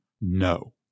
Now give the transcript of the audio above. No